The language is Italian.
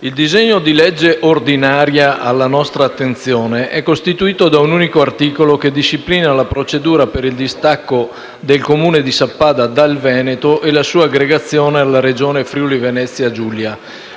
Il disegno di legge ordinaria alla nostra attenzione è costituito da un unico articolo che disciplina la procedura per il distacco del Comune di Sappada dal Veneto e la sua aggregazione alla Regione Friuli-Venezia Giulia